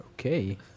okay